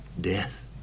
death